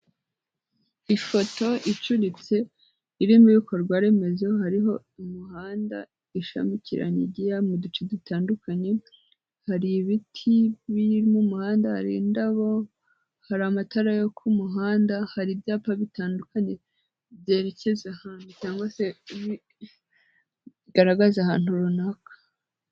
Ifoto icuritse irimo ibikorwaremezo hariho umuhanda ishamikiranye igiya mu duce dutandukanye, hari ibiti biri mu muhanda, hari indabo, hari amatara yo ku muhanda, hari ibyapa bitandukanye, byerekeza ahantu cyangwa se bigaragaza ahantu runaka.